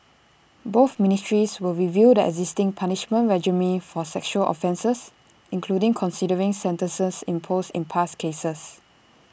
both ministries will review the existing punishment regime for sexual offences including considering sentences imposed in past cases